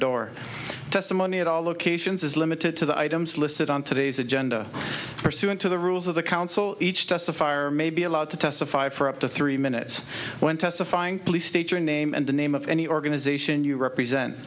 door testimony at all locations is limited to the items listed on today's agenda pursuant to the rules of the counsel each testify or may be allowed to testify for up to three minutes when testifying please state your name and the name of any organization you represent